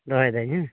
ᱫᱚᱦᱚᱭᱤᱫᱟᱹᱧ ᱦᱮᱸ